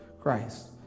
Christ